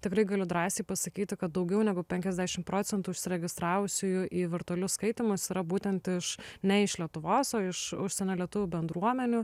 tikrai galiu drąsiai pasakyti kad daugiau negu penkiasdešim procentų užsiregistravusiųjų į virtualius skaitymus yra būtent iš ne iš lietuvos o iš užsienio lietuvių bendruomenių